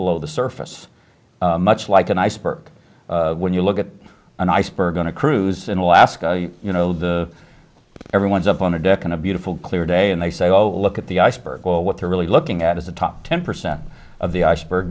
below the surface much like an iceberg when you look at an iceberg on a cruise in alaska you know the everyone's up on a deck and a beautiful clear day and they say oh look at the iceberg well what they're really looking at is the top ten percent of the iceberg